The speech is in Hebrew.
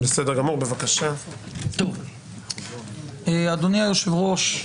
אדוני היושב-ראש,